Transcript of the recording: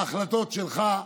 ההחלטות שלך.